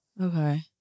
Okay